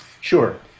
Sure